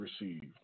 received